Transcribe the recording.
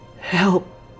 Help